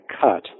cut